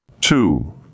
Two